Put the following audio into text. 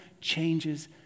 changes